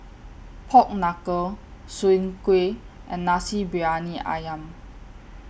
Pork Knuckle Soon Kuih and Nasi Briyani Ayam